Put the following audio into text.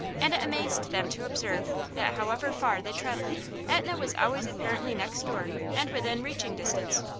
and it amazed them to observe that however far they travelled etna was always apparently next door, and within reaching distance.